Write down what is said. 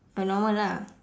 oh normal lah